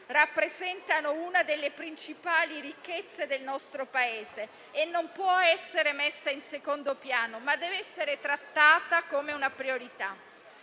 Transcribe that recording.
rappresentano una delle principali ricchezze del nostro Paese, non può essere messa in secondo piano, ma deve essere trattata come una priorità.